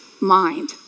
mind